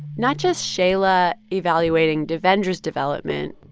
not just shaila evaluating devendra's development,